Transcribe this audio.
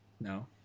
No